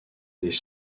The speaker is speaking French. des